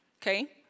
okay